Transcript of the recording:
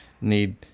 need